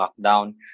lockdown